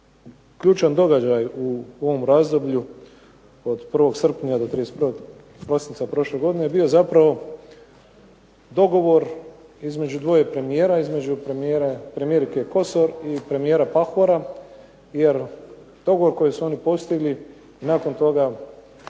ključan događaj u ovom razdoblju od 01. srpnja do 31. prosinca prošle godine je bio zapravo dogovor između dvoje premijera. Između premijerka Kosor i premijera Pahora. Jer dogovor koji su oni postigli, nakon toga